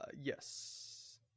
Yes